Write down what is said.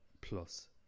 Plus